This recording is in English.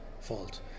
fault